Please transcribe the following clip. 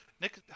Nick